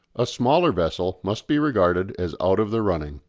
a smaller vessel must be regarded as out of the running.